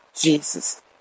Jesus